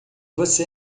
você